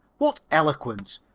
what eloquence!